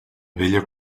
bella